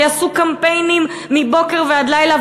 ויעשו קמפיינים מבוקר ועד לילה,